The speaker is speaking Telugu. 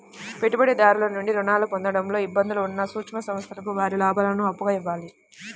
పెట్టుబడిదారుల నుండి రుణాలు పొందడంలో ఇబ్బందులు ఉన్న సూక్ష్మ సంస్థలకు వారి లాభాలను అప్పుగా ఇవ్వాలి